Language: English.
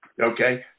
okay